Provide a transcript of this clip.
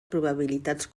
probabilitats